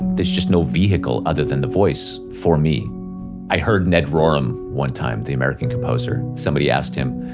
there's just no vehicle other than the voice for me i heard ned rorem one time, the american composer, somebody asked him,